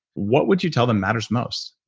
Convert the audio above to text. what would you tell them matters most?